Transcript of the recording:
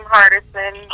Hardison